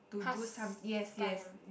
pastime